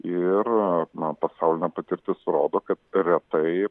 ir na pasaulinė patirtis rodo kad retai